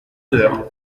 heures